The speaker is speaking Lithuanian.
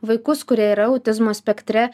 vaikus kurie yra autizmo spektre